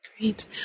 Great